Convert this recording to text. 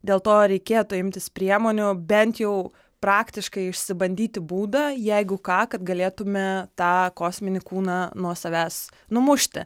dėl to reikėtų imtis priemonių bent jau praktiškai išsibandyti būdą jeigu ką kad galėtume tą kosminį kūną nuo savęs numušti